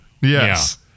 Yes